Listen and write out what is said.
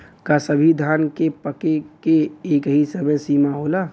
का सभी धान के पके के एकही समय सीमा होला?